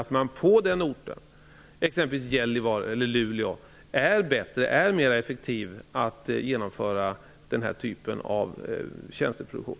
På någon ort, exempelvis Gällivare eller Luleå, kan man vara bättre på att genomföra den här typen av tjänsteproduktion.